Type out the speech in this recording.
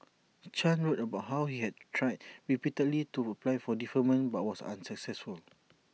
chan wrote about how he had tried repeatedly to apply for deferment but was unsuccessful